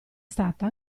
stata